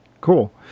cool